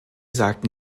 sagten